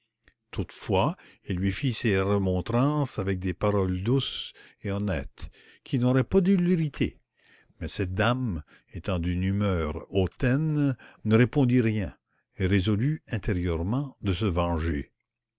toutefois il lui fit ses remontrances avec des paroles douces et honnêtes qui n'auraient pas dû l'irriter mais cette dame étant d'une humeur hautaine ne répondit rien et résolut intérieurement de se venger